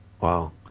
Wow